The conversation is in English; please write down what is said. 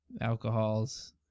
alcohols